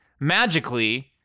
magically